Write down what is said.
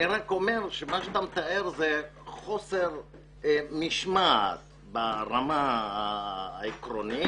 אני אומר שמה שאתה מתאר זה חוסר משמעת ברמה העקרונית